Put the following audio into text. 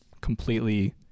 completely